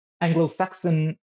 Anglo-Saxon